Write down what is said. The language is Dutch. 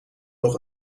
nog